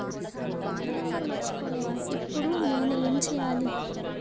నా pin number మర్చిపోయాను ఇప్పుడు నేను ఎంచేయాలి?